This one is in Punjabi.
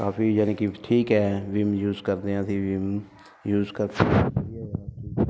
ਕਾਫੀ ਯਾਨੀ ਕਿ ਠੀਕ ਹੈ ਵਿੰਮ ਯੂਜ ਕਰਦੇ ਹਾਂ ਅਸੀਂ ਵਿਮ ਯੂਜ ਕਰ